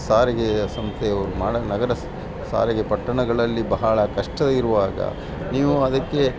ಸಾರಿಗೆಯ ಸಂಸ್ಥೆಯು ಮಾಡರ್ನ್ ನಗರ ಸಾರಿಗೆ ಪಟ್ಟಣಗಳಲ್ಲಿ ಬಹಳ ಕಷ್ಟವಿರುವಾಗ ನೀವು ಅದಕ್ಕೆ